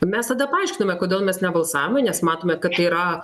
mes tada paaiškinome kodėl mes nebalsavome nes matome kad tai yra